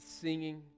singing